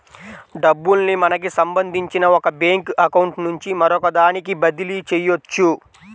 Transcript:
డబ్బుల్ని మనకి సంబంధించిన ఒక బ్యేంకు అకౌంట్ నుంచి మరొకదానికి బదిలీ చెయ్యొచ్చు